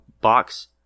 box